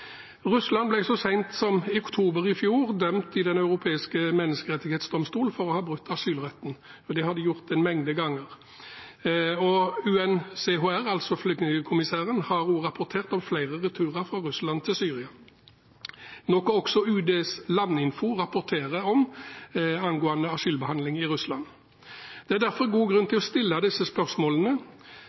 Russland ble så sent som i oktober i fjor dømt i Den europeiske menneskerettighetsdomstol for å ha brutt asylretten, og det har de gjort en mengde ganger. UNHCR, altså flyktningkommissæren, har også rapportert om flere returer fra Russland til Syria, noe også UDIs Landinfo rapporterer om angående asylbehandling i Russland. Det er derfor god grunn til å stille disse spørsmålene.